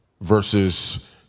versus